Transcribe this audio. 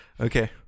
Okay